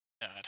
God